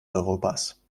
europas